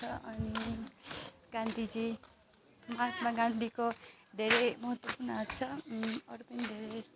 छ अनि गान्धीजी महात्मा गान्धीको धेरै महत्त्वपूर्ण हात छ अरू पनि धेरै